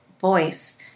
voice